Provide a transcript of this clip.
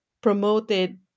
promoted